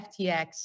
FTX